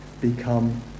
become